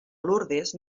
lourdes